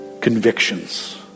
convictions